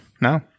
No